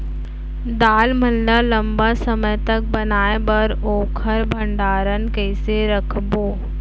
दाल मन ल लम्बा समय तक बनाये बर ओखर भण्डारण कइसे रखबो?